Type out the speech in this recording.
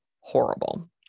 horrible